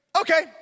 okay